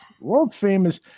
world-famous